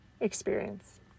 experience